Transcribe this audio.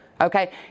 Okay